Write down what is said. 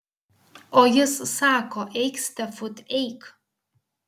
o jis sako eik stefut eik